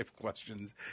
questions